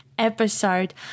episode